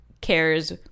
cares